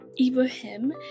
Ibrahim